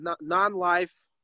non-life